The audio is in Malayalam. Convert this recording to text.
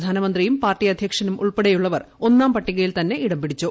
പ്രധാനമന്ത്രിയും പാർട്ടി അധ്യക്ഷനും ഉൾപ്പെടെയുള്ളവർ ഒന്നാംപട്ടികയിൽ തന്നെ ഇടംപിടിച്ചു